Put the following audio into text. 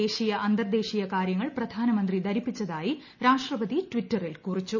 ദ്ദേശീയ അന്തർദേശീയ കാര്യങ്ങൾ പ്രധാനമന്ത്രി ധരിപ്പിച്ചതാ്യി രാഷ്ട്രപതി ട്വിറ്ററിൽ കുറിച്ചു